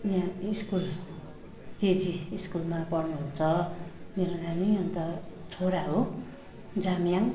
यहाँ school KG स्कुलमा पढ्नुहुन्छ मेरो नानी अन्त छोरा हो जाम्याङ